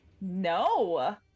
No